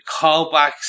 callbacks